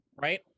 right